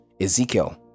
Ezekiel